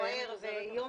סוער ויום סוער.